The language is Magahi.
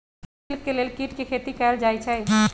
सिल्क के लेल कीट के खेती कएल जाई छई